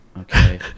Okay